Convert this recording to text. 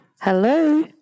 Hello